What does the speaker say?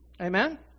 Amen